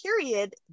period